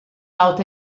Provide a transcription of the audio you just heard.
out